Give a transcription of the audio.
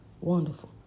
wonderful